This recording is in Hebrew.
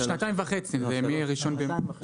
שנתיים וחצי זה מה-1 במאי.